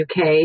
uk